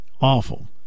Awful